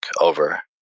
over